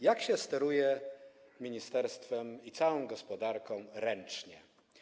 Jak steruje się ministerstwem i całą gospodarką ręcznie?